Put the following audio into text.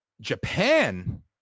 Japan